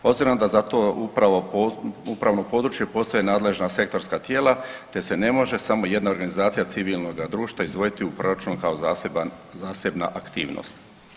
Obzirom da za to upravno područje postoje nadležna sektorska tijela te se ne može samo jedna organizacija civilnog društva izdvojiti u proračunu kao zasebna aktivnost.